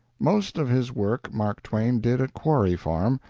most of his work mark twain did at quarry farm.